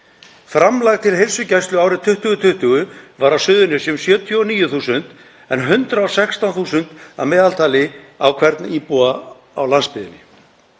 Framlag til heilsugæslu árið 2020 var á Suðurnesjum 79.000 en 116.000 að meðaltali á hvern íbúa á landsbyggðinni.